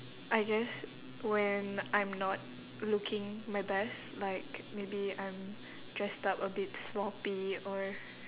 I guess when I'm not looking my best like maybe I'm dressed up a bit sloppy or